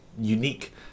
unique